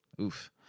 Oof